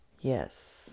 yes